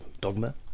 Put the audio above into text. dogma